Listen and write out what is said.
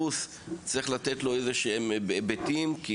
צריך לתת איזה שהם היבטים גם לנושא הריסוס,